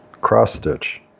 Cross-stitch